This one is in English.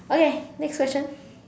okay next question